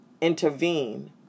intervene